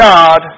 God